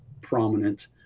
prominent